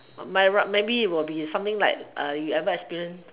maybe will be something like you ever experience